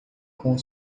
com